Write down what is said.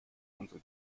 unsere